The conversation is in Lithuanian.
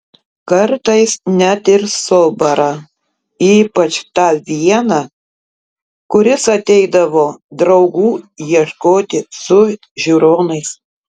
kartais net ir subara ypač tą vieną kuris ateidavo draugų ieškoti su žiūronais